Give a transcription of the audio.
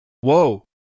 Whoa